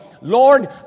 Lord